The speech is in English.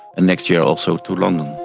and next year also to london.